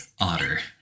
otter